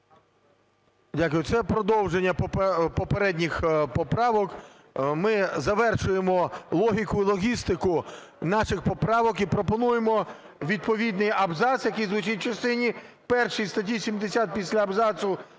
Дякую. Це продовження попередніх поправок. Ми завершуємо логіку, логістику наших поправок і пропонуємо відповідний абзац, який звучить: "В частині першій статті 70 після абзацу